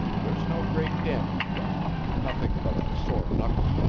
there's no great damage done nothing but a sore knuckle.